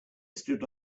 stood